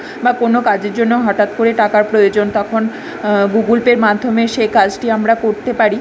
বা কোনও কাজের জন্যও হঠাৎ করে টাকার প্রয়োজন তখন গুগুল পের মাধ্যমে সে কাজটি আমরা করতে পারি